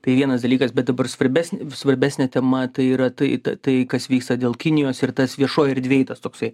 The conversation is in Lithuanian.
tai vienas dalykas bet dabar svarbesnė svarbesnė tema tai yra tai tai kas vyksta dėl kinijos ir tas viešoj erdvėj tas toksai